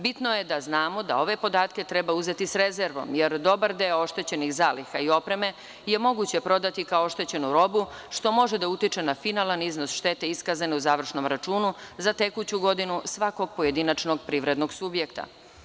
Bitno je da znamo da ove podatke treba uzeti sa rezervom, jer dobar deo oštećenih zaliha i opreme je moguće prodati kao oštećenu robu što može da utiče na finalan iznos štete iskazane u završnom računu za tekuću godinu svakog pojedinačnog privrednog subjekta.